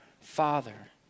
Father